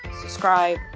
subscribe